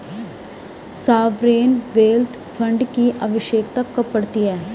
Sovereign wealth fund की आवश्यकता कब पड़ती है?